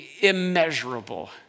immeasurable